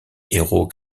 héros